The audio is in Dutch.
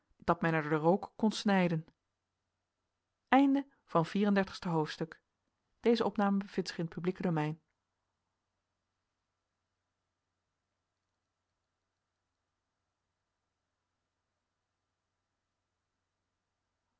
dat men er den rook kon snijden vijf en dertigste hoofdstuk waarin de